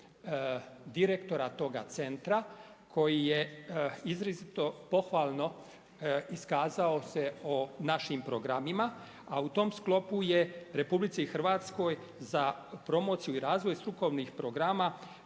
direktora toga centra, koji je izrazito pohvalno iskazao se o našim programima, a u tom sklopu je RH za promociju i razvoj strukovnih programa,